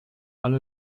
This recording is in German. alle